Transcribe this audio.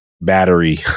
battery